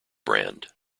brand